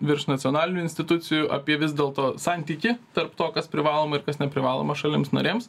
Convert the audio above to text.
viršnacionalinių institucijų apie vis dėl to santykį tarp to kas privaloma ir kas neprivaloma šalims narėms